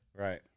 Right